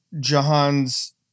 Jahan's –